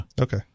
okay